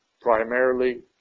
primarily